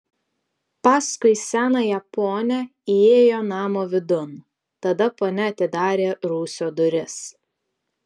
paskui senąją ponią įėjo namo vidun tada ponia atidarė rūsio duris